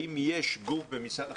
האם יש גוף במשרד החינוך,